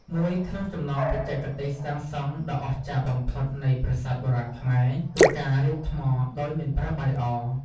មួយក្នុងចំណោមបច្ចេកទេសសាងសង់ដ៏អស្ចារ្យបំផុតនៃប្រាសាទបុរាណខ្មែរគឺការរៀបថ្មដោយមិនប្រើបាយអ។